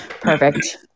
Perfect